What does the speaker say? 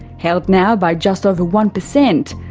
held now by just over one percent,